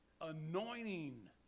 anointing